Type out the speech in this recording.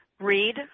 Read